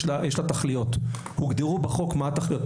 להם תכליות ובחוק הוגדר מה התכליות,